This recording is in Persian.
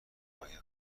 ماهی